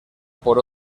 por